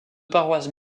paroisses